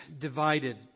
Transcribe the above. divided